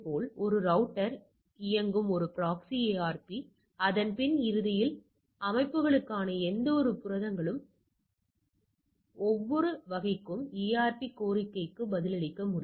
இப்போது ஒரு ரௌட்டர் இல் இயங்கும் ஒரு ப்ராக்ஸி ARP அதன் பின் இறுதியில் அமைப்புகளுக்கான எந்தவொரு புரதங்களுக்கும் எந்தவொரு வகைக்கும் ARP கோரிக்கைக்கு பதிலளிக்க முடியும்